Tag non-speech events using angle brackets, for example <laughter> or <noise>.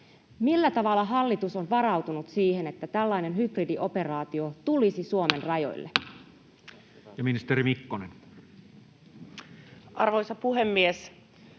Millä tavalla hallitus on varautunut siihen, että tällainen hybridioperaatio tulisi <noise> Suomen rajoille?